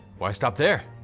why stop there?